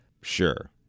Sure